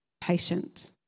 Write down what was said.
patient